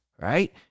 right